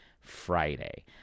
friday